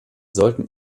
sollten